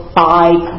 five